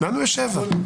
לנו יש שבע.